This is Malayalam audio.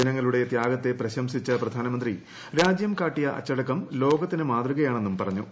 ജനങ്ങളുടെ ത്യാഗത്തെ പ്രശംസിച്ച പ്രധാനമന്ത്രി രാജ്യം കാട്ടിയ അച്ചടക്കം ലോകത്തിന് മാതൃകയാണെന്നും പറഞ്ഞു